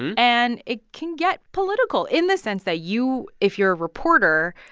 and it can get political in the sense that you, if you're a reporter,